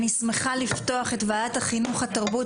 אני שמחה לפתוח את ועדת החינוך התרבות